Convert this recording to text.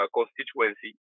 constituency